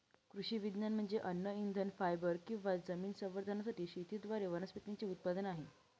कृषी विज्ञान म्हणजे अन्न इंधन फायबर किंवा जमीन संवर्धनासाठी शेतीद्वारे वनस्पतींचे उत्पादन आहे